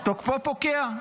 תוקפו פוקע.